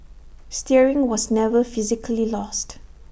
steering was never physically lost